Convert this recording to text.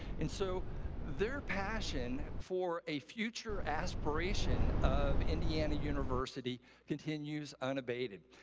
and so their passion for a future aspiration of indiana university continues unabated.